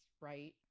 right